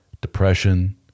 depression